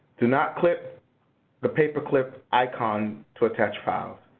do not click the paperclip icon to attach files.